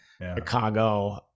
Chicago